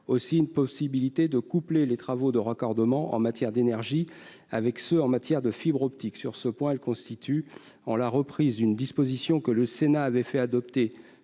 aussi une possibilité de coupler les travaux de raccordement en matière d'énergie avec ceux qui sont réalisés en matière de fibre optique. Sur ce point, elles consistent en la reprise d'une disposition que le Sénat avait fait adopter,